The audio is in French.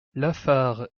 lafare